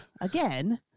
again